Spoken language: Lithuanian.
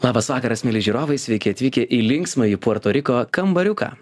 labas vakaras mieli žiūrovai sveiki atvykę į linksmąjį puerto riko kambariuką